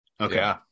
Okay